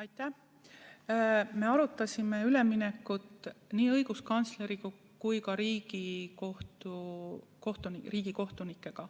Aitäh! Me arutasime üleminekut nii õiguskantsleri kui ka Riigikohtu kohtunikega.